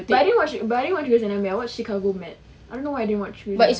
but I only watch but I only watch grey's anatomy I watch chicago med I don't know why I didn't watch